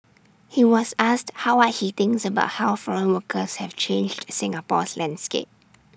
he was asked how are he thinks about how foreign workers have changed Singapore's landscape